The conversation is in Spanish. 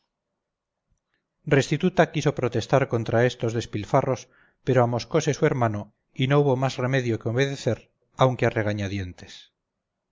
restituta quiso protestar contra estos despilfarros pero amoscose su hermano y no hubo más remedio que obedecer aunque a regañadientes